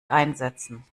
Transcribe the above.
einsetzen